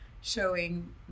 showing